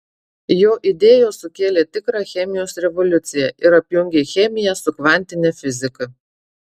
jo idėjos sukėlė tikrą chemijos revoliuciją ir apjungė chemiją su kvantine fiziką